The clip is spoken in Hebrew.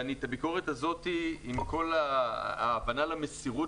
ואת הביקורת הזו עם כל ההבנה למסירות